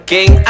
King